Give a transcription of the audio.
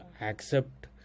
accept